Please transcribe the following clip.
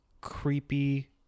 creepy